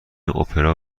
اپرا